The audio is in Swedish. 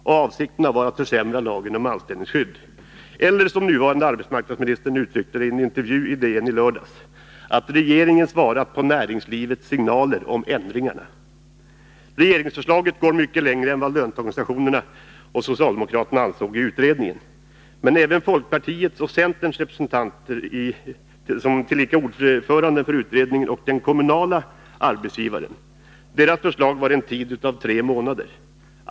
Och avsikterna var att försämra lagen om anställningsskydd. Man kan också uttrycka det så som nuvarande arbetsmarknadsministern gjorde i en intervju i DN i lördags och säga att regeringen svarat på näringslivets signaler om ändringarna. Regeringsförslaget går mycket längre än vad löntagarorganisationerna och socialdemokraterna i utredningen ansåg att man skulle göra. Men även folkpartiets och centerns representant, tillika ordförande i utredningen, och den kommunala arbetsgivarrepresentanten hade en annan uppfattning än regeringen. Deras förslag gick ut på en tid av tre månader.